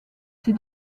ses